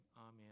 Amen